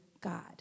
God